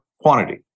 quantity